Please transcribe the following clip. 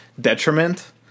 detriment